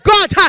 God